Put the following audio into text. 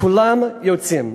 כולם יוצאים.